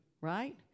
right